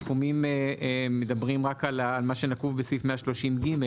הסכומים מדברים רק על מה שנקוב בסעיף 130 ג',